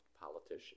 politician